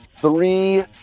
Three